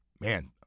man